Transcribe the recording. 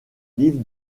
livre